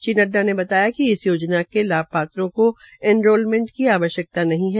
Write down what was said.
श्रीनड्डा ने कहा कि यह योजना के लाभपात्रों को एनरोलमेंटर की आवश्यक्ता नहीं है